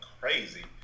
crazy